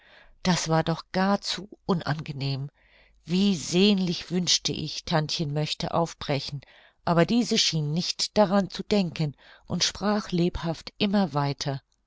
das war doch gar zu unangenehm wie sehnlich wünschte ich tantchen möchte aufbrechen aber diese schien nicht daran zu denken und sprach lebhaft immer weiter